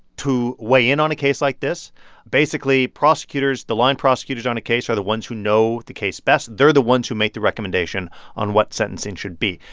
to weigh in on a case like this basically, prosecutors the line prosecutors on a case are the ones who know the case best. they're the ones who make the recommendation on what sentencing should be.